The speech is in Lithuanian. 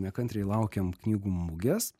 nekantriai laukiam knygų mugės